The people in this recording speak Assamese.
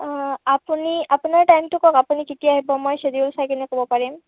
অঁ আপুনি আপোনাৰ টাইমটো কওক আপুনি কেতিয়া আহিব মই চাইকিনে থাকিলে ক'ব পাৰিব